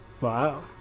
Wow